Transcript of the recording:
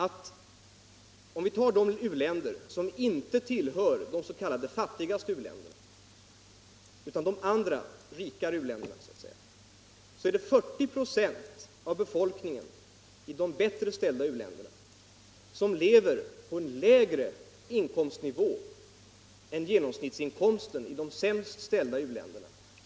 I de ”rikare” u-länderna — de som inte tillhör de s.k. fattigaste u-länderna — lever 40 926 av befolkningen på en lägre inkomstnivå än genomsnittsinkomsten i de sämst ställda u-länderna.